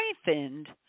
strengthened